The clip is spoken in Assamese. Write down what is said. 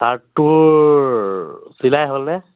শ্ৱাৰ্টটোৰ চিলাই হ'লনে